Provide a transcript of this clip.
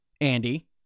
Andy